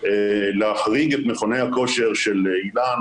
להחריג את מכוני הכושר של איל"ן,